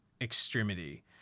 extremity